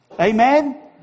Amen